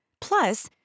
Plus